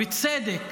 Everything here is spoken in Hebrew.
ובצדק